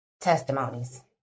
Testimonies